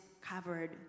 covered